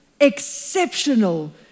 exceptional